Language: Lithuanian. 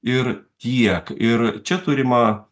ir tiek ir čia turima